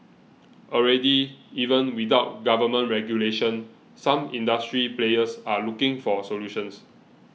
already even without government regulation some industry players are looking for solutions